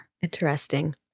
interesting